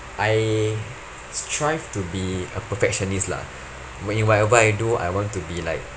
I strive to be a perfectionist lah in whatever I do I want to be like